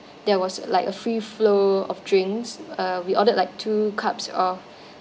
there was like a free flow of drinks uh we ordered like two cups of